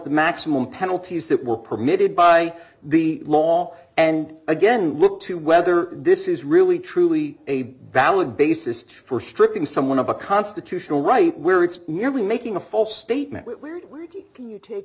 the maximum penalties that were permitted by the law and again look to whether this is really truly a valid basis for stripping someone of a constitutional right where it's merely making a false statement whe